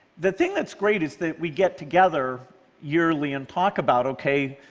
the thing that's great is that we get together yearly and talk about, okay,